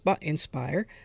inspire